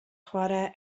chwarae